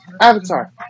Avatar